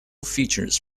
features